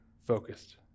focused